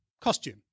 costume